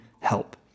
help